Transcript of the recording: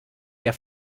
der